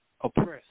oppressed